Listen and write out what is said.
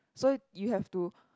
so you have to